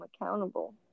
accountable